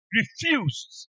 refused